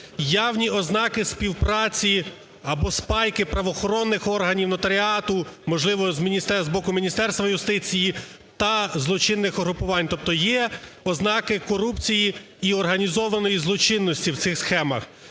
явні ознаки співпраці або спайки правоохоронних органів, нотаріату, можливо, з боку Міністерства юстиції та злочинних угруповань. Тобто є ознаки корупції і організованої злочинності в цих схемах.